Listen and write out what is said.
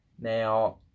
Now